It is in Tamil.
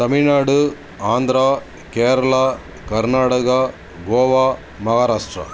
தமிழ்நாடு ஆந்திரா கேரளா கர்நாடகா கோவா மகாராஷ்டிரா